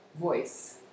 voice